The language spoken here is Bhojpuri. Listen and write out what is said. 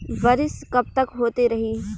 बरिस कबतक होते रही?